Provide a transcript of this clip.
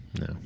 No